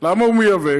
למה הוא מייבא?